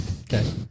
Okay